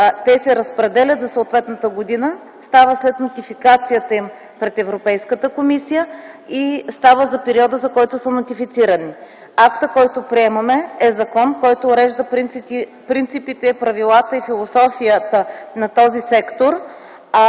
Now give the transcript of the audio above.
те се разпределят за съответната година, става след нотификацията им пред Европейската комисия и става за периода, за който са нотифицирани. Актът, който приемаме, е закон, който урежда принципите, правилата и философията на този сектор,